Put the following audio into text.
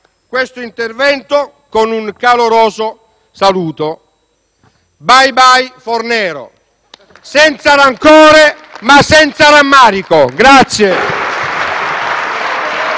questo intervento con un caloroso saluto: *bye bye* Fornero, senza rancore, ma senza rammarico.